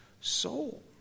soul